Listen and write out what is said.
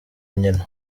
nyina